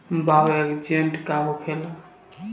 Bio agent का होखेला?